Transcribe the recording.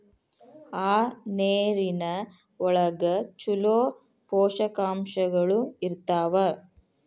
ಆ ನೇರಿನ ಒಳಗ ಚುಲೋ ಪೋಷಕಾಂಶಗಳು ಇರ್ತಾವ